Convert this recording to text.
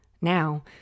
Now